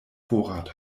vorrat